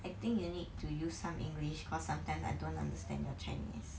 I think you need to use some english because sometime I don't understand your chinese